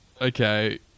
okay